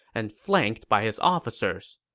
and flanked by his officers.